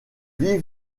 vivent